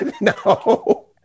no